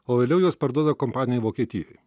o vėliau juos parduoda kompanijai vokietijoj